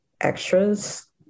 extras